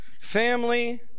Family